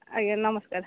ଆଜ୍ଞା ନମସ୍କାର